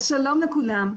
אז שלום לכולם,